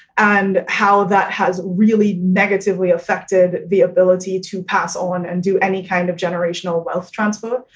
and how that has really negatively affected the ability to pass on and do any kind of generational wealth transfer.